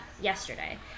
yesterday